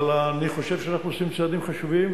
אבל אני חושב שאנחנו עושים צעדים חשובים,